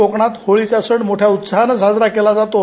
कोकणात होळीचा सण मोठ्या उत्साहात साजरा केला जातो